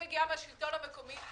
אני מגיעה מהשלטון המקומי,